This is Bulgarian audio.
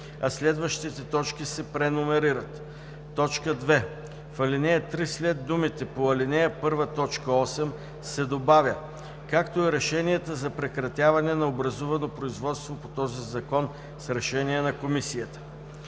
а следващите точки се преномерират. 2. В ал. 3 след думите „по ал. 1, т. 8“ се добавя „както и решенията за прекратяване на образувано производство по този закон с решение на Комисията“.“